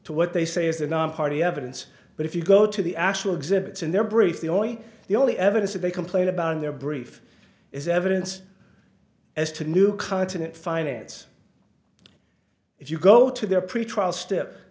to what they say is the nonparty evidence but if you go to the actual exhibits in their briefs the only the only evidence that they complain about in their brief is evidence as to new continent finance if you go to their pretrial step